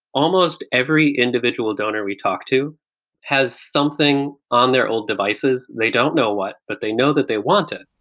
almost every individual donor we talk to has something on their old devices. they don't know what, but they know that they want it.